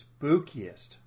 spookiest